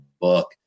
book